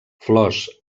flors